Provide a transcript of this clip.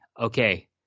Okay